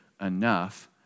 enough